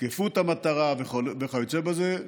תקפות המטרה וכיוצא בזה.